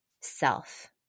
self